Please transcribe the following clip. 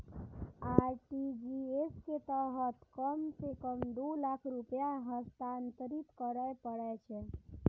RTGS के तहत कम सं कम दू लाख रुपैया हस्तांतरित करय पड़ै छै